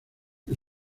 que